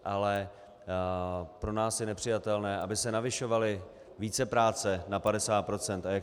Ale pro nás je nepřijatelné, aby se navyšovaly vícepráce na 50 %.